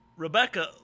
Rebecca